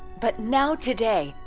but now today,